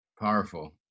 Powerful